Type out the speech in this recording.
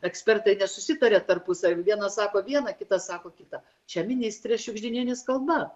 ekspertai nesusitaria tarpusavy vienas sako vieną kitą sako kitą čia ministrės šiugždinienės kalba